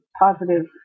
positive